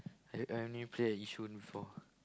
I I only play at Yishun before